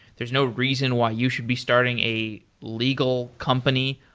there's no reason why you should be starting a legal company.